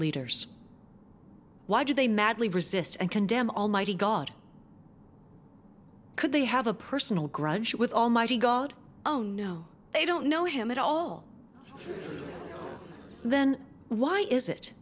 leaders why do they madly resist and condemn almighty god could they have a personal grudge with almighty god oh no they don't know him at all then why is it